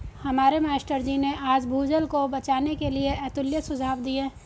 हमारे मास्टर जी ने आज भूजल को बचाने के लिए अतुल्य सुझाव दिए